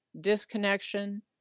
disconnection